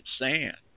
sand